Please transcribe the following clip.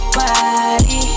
body